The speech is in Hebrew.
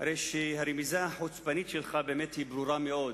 והרמיזה החוצפנית שלך היא באמת ברורה מאוד,